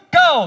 go